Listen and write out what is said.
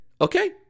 okay